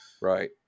Right